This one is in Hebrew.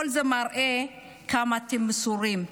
כל זה מראה כמה אתם מסורים.